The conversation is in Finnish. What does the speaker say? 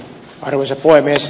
arvoisa puhemies